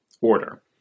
order